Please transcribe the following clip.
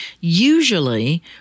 usually